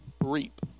reap